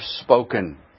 spoken